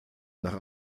nach